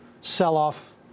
sell-off